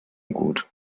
gut